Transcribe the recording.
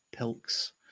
Pilks